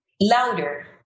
louder